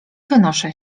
wynoszę